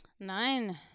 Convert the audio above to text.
Nein